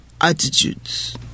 attitudes